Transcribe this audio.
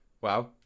Wow